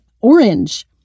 orange